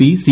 P C